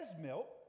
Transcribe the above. milk